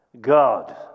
God